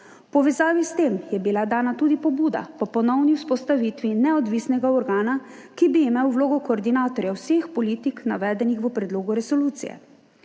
povezavi s tem je bila dana tudi pobuda po ponovni vzpostavitvi neodvisnega organa, ki bi imel vlogo koordinatorja vseh politik, navedenih v predlogu resolucije.